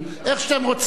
איך שאתם רוצים.